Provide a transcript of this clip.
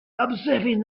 observing